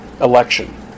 election